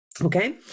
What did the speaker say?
okay